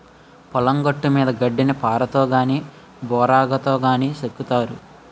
పొలం గట్టుమీద గడ్డిని పారతో గాని బోరిగాతో గాని సెక్కుతారు